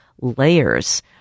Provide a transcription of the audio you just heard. layers